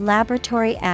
Laboratory